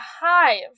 hive